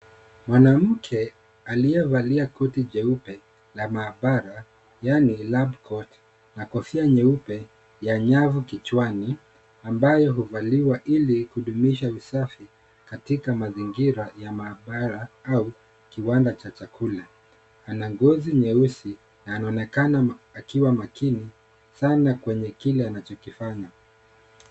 Mwanamke aliyevalia koti jeupe la maabara yaani lab coat na kofia nyeupe ya nyavu kichwani ambayo huvaliwa ili kudumisha usafi katika mazingira ya maabara au kiwanda cha chakula. Ana ngozi nyeusi na anaonekana akiwa makini sana kwenye kile anachokifanya.